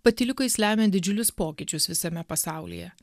patyliukais lemia didžiulius pokyčius visame pasaulyje